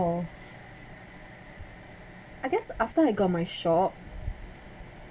I guess after I got my shop